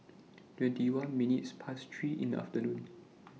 twenty one minutes Past three in The afternoon